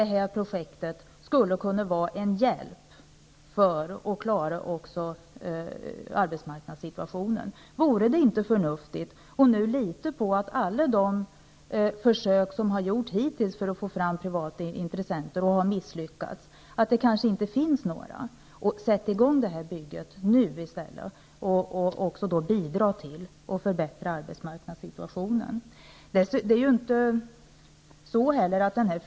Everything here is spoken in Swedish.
Det här projektet skulle kunna vara en hjälp att klara ut arbetsmarknadssituationen. Vore det inte förnuftigt att sätta i gång bygget nu och bidra till att förbättra arbetsmarknadssituationen, när nu alla de försök som hittills har gjorts för att få fram privata intressenter har misslyckats och det kanske helt enkelt inte finns några?